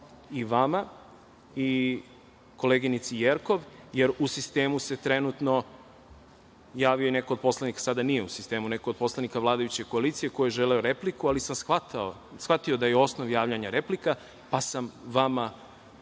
i vama i koleginici Jerkov, jer u sistemu se trenutno javio i neko od poslanika, sada nije u sistemu, neko od poslanika vladajuće koalicije koji je želeo repliku, ali sam shvatio da je osnov javljanja replika, pa sam vama dao